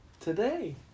today